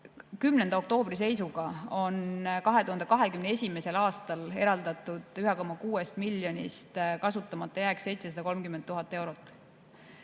10. oktoobri seisuga on 2021. aastal eraldatud 1,6 miljonist kasutamata jääk 730 000 eurot.